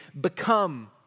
become